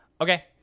Okay